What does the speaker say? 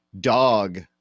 dog